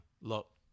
Look